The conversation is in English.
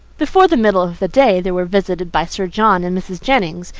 before the middle of the day, they were visited by sir john and mrs. jennings,